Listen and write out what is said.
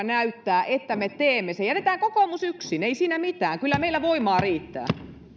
näyttää että me teemme sen jätetään kokoomus yksin ei siinä mitään kyllä meillä voimaa riittää